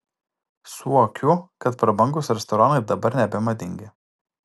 suokiu kad prabangūs restoranai dabar nebemadingi